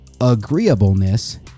agreeableness